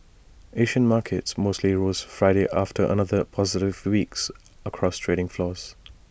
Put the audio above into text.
Asian markets mostly rose Friday after another positive week across trading floors